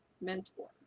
mentor